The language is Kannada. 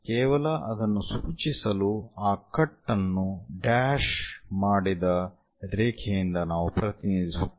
ಕೇವಲ ಅದನ್ನು ಸೂಚಿಸಲು ಆ ಕಟ್ ಅನ್ನು ಡ್ಯಾಶ್ ಮಾಡಿದ ರೇಖೆಯಿಂದ ನಾವು ಪ್ರತಿನಿಧಿಸುತ್ತೇವೆ